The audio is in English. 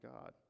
God